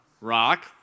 rock